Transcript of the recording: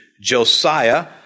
Josiah